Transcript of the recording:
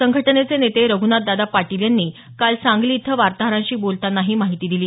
संघटनेचे नेते रघ्नाथदादा पाटील यांनी काल सांगली इथं वार्ताहरांशी बोलताना ही माहिती दिली